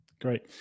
great